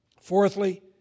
Fourthly